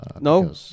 No